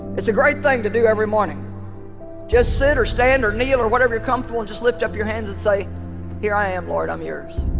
it's a great thing to do every morning just sit or stand or kneel or whatever you're comfortable just lift up your hands and say here i am lord i'm yours